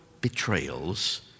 betrayals